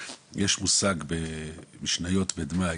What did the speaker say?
יש מושג במשניות בדמיי